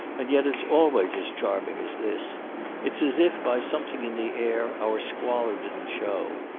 and yet it's always as charming as this it's as if, by something in the air, our squalor didn't show.